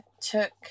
took